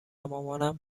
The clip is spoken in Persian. مامانم